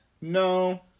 No